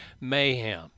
mayhem